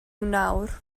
nawr